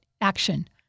action